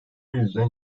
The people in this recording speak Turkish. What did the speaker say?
yüzden